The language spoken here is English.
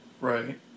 Right